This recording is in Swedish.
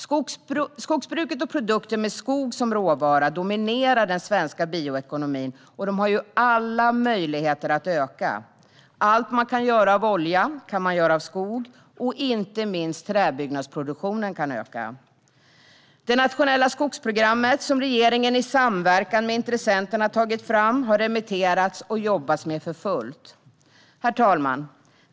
Skogsbruket och produkter med skog som råvara dominerar den svens-ka bioekonomin och har alla möjligheter att öka. Allt man kan göra av olja kan man göra av skog, och inte minst kan träbyggnadsproduktionen öka. Det nationella skogsprogrammet, som regeringen har tagit fram i samverkan med intressenterna, har remitterats och jobbas med för fullt. Herr talman!